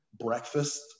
breakfast